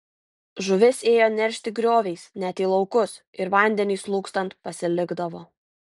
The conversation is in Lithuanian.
žuvis ėjo neršti grioviais net į laukus ir vandeniui slūgstant pasilikdavo